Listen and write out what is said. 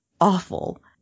awful